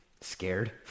Scared